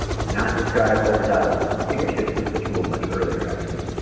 do not describe over dialogue. i think i should have put this rule much earlier, actually.